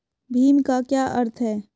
भीम का क्या अर्थ है?